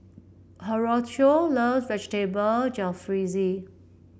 Horatio love Vegetable Jalfrezi